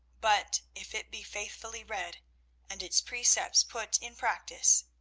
but if it be faithfully read and its precepts put in practice,